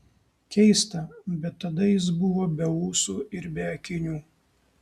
keista bet tada jis buvo be ūsų ir be akinių